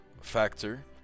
factor